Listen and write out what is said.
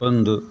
ಒಂದು